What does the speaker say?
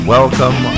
Welcome